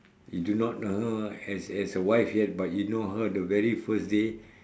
you do not know her as as a wife yet but you know her the very first day